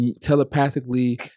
telepathically